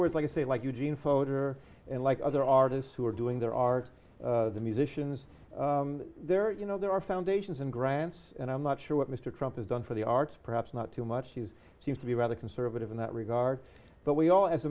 words like i say like eugene fodor and like other artists who are doing their art the musicians there are you know there are foundations and grants and i'm not sure what mr trump has done for the arts perhaps not too much you seem to be rather conservative in that regard but we all as